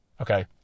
Okay